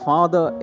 Father